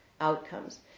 outcomes